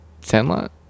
Sandlot